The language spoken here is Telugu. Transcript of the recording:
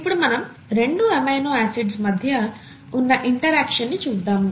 ఇప్పుడు మనం రెండు ఎమినో ఆసిడ్స్ మధ్య ఉన్న ఇంటరాక్షన్ ని చూద్దాము